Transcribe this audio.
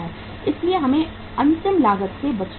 इसलिए हमें अंतिम लागत से भी बचना चाहिए